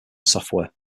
software